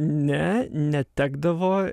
ne netekdavo